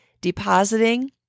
depositing